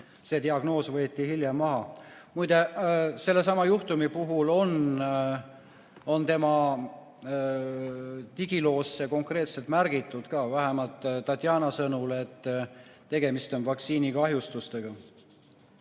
see diagnoos võeti hiljem maha. Muide, sellesama juhtumi puhul on tema digiloosse konkreetselt märgitud ka, vähemalt Tatjana sõnul, et tegemist on vaktsiinikahjustustega. Teine